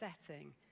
setting